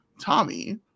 Tommy